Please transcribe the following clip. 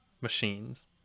machines